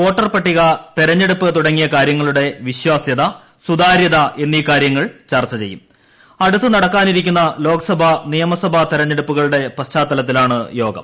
വോട്ടർപ്പ ട്ടിക തെരഞ്ഞെടുപ്പ് തുടങ്ങിയുക്ടാര്യങ്ങളുടെ വിശ്വാസ്യത സുതാര്യത എന്നീ കാര്യങ്ങൾ ചർച്ച ചെയ്യുള്ള് അടുത്ത് നടക്കാനിരിക്കുന്ന ലോക്സഭാ നിയമസഭാ ്ത്ത്ത്ത്തെടുപ്പുകളുടെ പശ്ചാത്തലത്തിലാണ് യോഗം